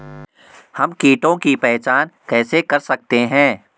हम कीटों की पहचान कैसे कर सकते हैं?